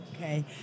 Okay